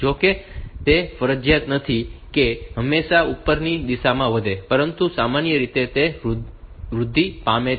જો કે તે ફરજિયાત નથી કે તે હંમેશા ઉપરની દિશામાં વધે પરંતુ સામાન્ય રીતે તે તે રીતે વૃદ્ધિ પામે છે